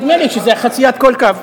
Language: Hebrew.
נדמה לי שזה חציית כל קו.